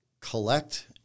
collect